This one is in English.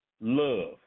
Love